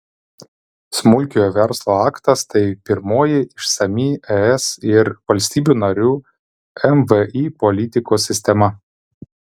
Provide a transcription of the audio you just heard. smulkiojo verslo aktas tai pirmoji išsami es ir valstybių narių mvį politikos sistema